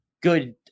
good